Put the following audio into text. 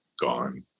gone